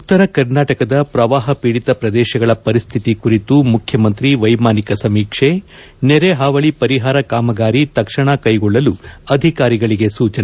ಉತ್ತರ ಕರ್ನಾಟಕದ ಪ್ರವಾಪ ಪೀಡಿತ ಪ್ರದೇಶಗಳ ಪರಿಸ್ತಿತಿ ಕುರಿತು ಮುಖ್ಯಮಂತ್ರಿ ವೈಮಾನಿಕ ಸಮೀಕ್ಷೆ ನೆರೆ ಹಾವಳಿ ಪರಿಹಾರ ಕಾಮಗಾರಿ ತಕ್ಷಣ ಕೈಗೊಳ್ಳಲು ಅಧಿಕಾರಿಗಳಿಗೆ ಸೂಚನೆ